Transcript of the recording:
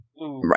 right